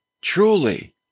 truly